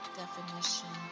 definition